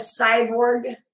cyborg